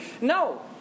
No